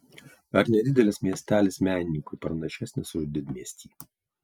ar nedidelis miestelis menininkui pranašesnis už didmiestį